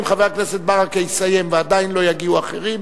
אם חבר הכנסת ברכה יסיים ועדיין לא יגיעו האחרים,